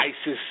ISIS